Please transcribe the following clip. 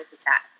attack